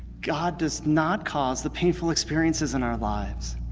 god does not cause the painful experiences in our lives.